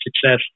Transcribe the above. success